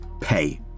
pay